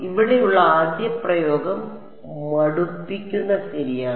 ഇവിടെയുള്ള ആദ്യ പ്രയോഗം മടുപ്പിക്കുന്ന ശരിയാണ്